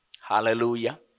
Hallelujah